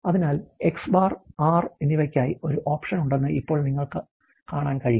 അതിനാൽ X̄ R എന്നിവയ്ക്കായി ഒരു ഓപ്ഷൻ ഉണ്ടെന്ന് ഇപ്പോൾ നിങ്ങൾക്ക് കാണാൻ കഴിയും